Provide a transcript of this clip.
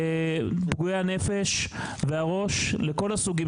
פגועי הנפש והראש לכל הסוגים